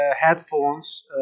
headphones